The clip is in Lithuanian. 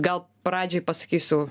gal pradžioj pasakysiu